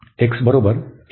x बरोबर आहे